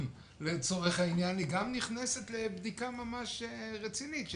לצורך העניין וגם היא נכנסת לבדיקה ממש רצינית.